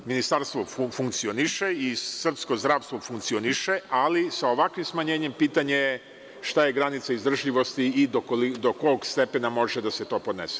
Ministarstvo funkcioniše i srpsko zdravstvo funkcioniše, ali sa ovakvim smanjenjem pitanje je šta je granica izdržljivosti i do kog stepena može da se to podnese.